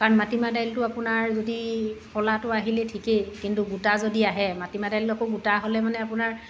কাৰণ মাটিমাহ দাইলটো আপোনাৰ যদি ফলাটো আহিলে ঠিকেই কিন্তু গোটা যদি আহে মাটিমাহ দাইলটো আকৌ গোটা হ'লে আপোনাৰ